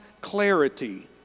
clarity